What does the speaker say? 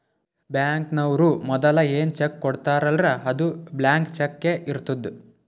ಬ್ಯಾಂಕ್ನವ್ರು ಮದುಲ ಏನ್ ಚೆಕ್ ಕೊಡ್ತಾರ್ಲ್ಲಾ ಅದು ಬ್ಲ್ಯಾಂಕ್ ಚಕ್ಕೇ ಇರ್ತುದ್